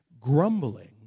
Grumbling